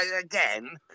again